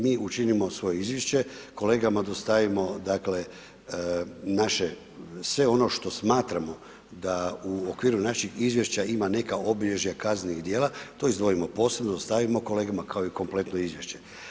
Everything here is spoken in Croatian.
Mi učinimo svoje izvješće, kolegama dostavimo dakle naše sve ono što smatramo da u okviru našeg izvješća ima neka obilježja kaznenih djela, to izdvojimo posebno, ostavimo kolegama kao i kompletno izvješće.